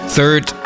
Third